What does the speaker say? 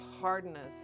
hardness